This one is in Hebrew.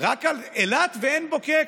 רק על אילת ועין בוקק,